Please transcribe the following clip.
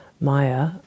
Maya